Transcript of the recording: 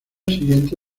siguiente